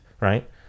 right